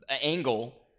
angle